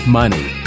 money